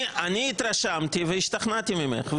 אני התרשמתי והשתכנעתי ממך,